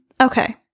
Okay